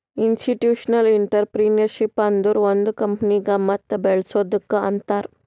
institutional entrepreneurship ಅಂದುರ್ ಒಂದ್ ಕಂಪನಿಗ ಮತ್ ಬೇಳಸದ್ದುಕ್ ಅಂತಾರ್